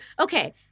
okay